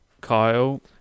kyle